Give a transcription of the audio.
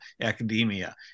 academia